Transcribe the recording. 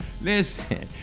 listen